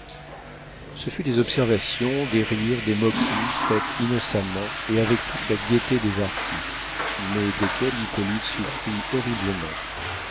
ce fut des observations des rires des moqueries faites innocemment et avec toute la gaieté des artistes mais desquelles hippolyte souffrit horriblement